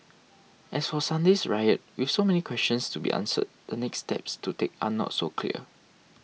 as for Sunday's riot with so many questions to be answered the next steps to take are not so clear